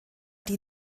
die